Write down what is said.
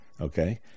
Okay